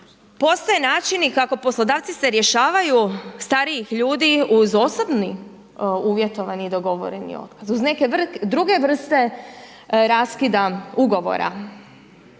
postoje načini kako poslodavci se rješavaju starijih ljudi uz osobni uvjetovani i dogovoreni otkaz uz neke druge vrste raskida ugovora.